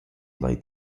light